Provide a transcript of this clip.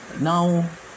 Now